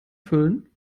füllen